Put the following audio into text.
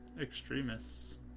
extremists